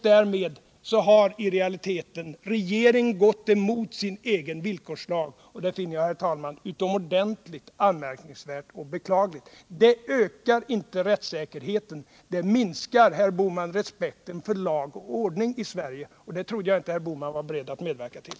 Härigenom har i realiteten regeringen gått emot sin egen villkorslag, vilket jag, herr talman, finner utomordentligt anmärkningsvärt och beklagligt. Det ökar inte rättssäkerheten. Det minskar, herr Bohman, respekten för lag och ordning i Sverige, och det trodde jag inte att herr Bohman var beredd att medverka till.